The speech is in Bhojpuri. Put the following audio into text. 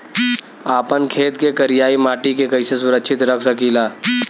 आपन खेत के करियाई माटी के कइसे सुरक्षित रख सकी ला?